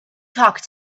talk